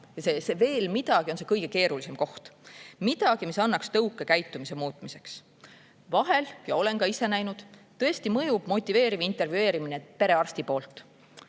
See veel midagi on see kõige keerulisem koht – midagi, mis annaks tõuke käitumise muutmiseks. Vahel – olen ka ise näinud – tõesti mõjub motiveeriv intervjueerimine perearsti poolt.